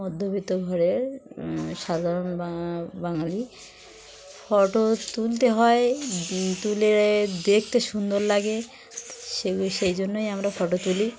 মধ্যবিত্ত ঘরের সাধারণ বা বাঙালি ফটো তুলতে হয় তুলে দেখতে সুন্দর লাগে সেগুলো সেই জন্যই আমরা ফটো তুলি